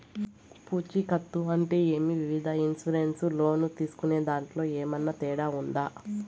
పూచికత్తు అంటే ఏమి? వివిధ ఇన్సూరెన్సు లోను తీసుకునేదాంట్లో ఏమన్నా తేడా ఉందా?